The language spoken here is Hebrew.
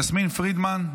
יסמין פרידמן,